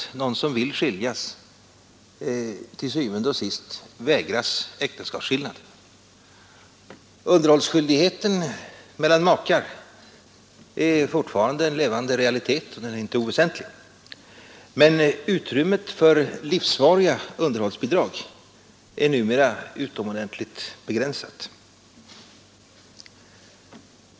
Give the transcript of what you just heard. I dag förekommer det t skiljas, til syvende og sidst vägras äktens heten mellan makar är fortfarande en levande realitet, och den är inte oväsentlig, men utrymmet för livsvariga underhållsbidrag är numera utomordentligt begränsat.